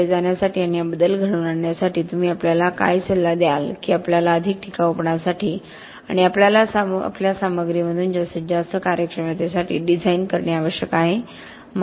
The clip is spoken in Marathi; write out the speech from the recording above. पुढे जाण्यासाठी आणि हा बदल घडवून आणण्यासाठी तुम्ही आपल्याला काय सल्ला द्याल की आपल्याला अधिक टिकाऊपणासाठी आणि आपल्या सामग्रीमधून जास्तीत जास्त कार्यक्षमतेसाठी डिझाइन करणे आवश्यक आहे